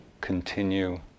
continue